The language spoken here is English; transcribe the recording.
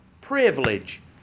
privilege